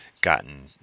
gotten